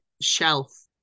shelf